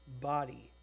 body